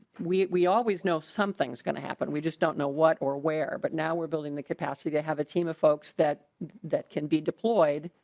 we we always know something's going to happen we just don't know what or where but now we're building capacity to have a team of folks that that can be deployed.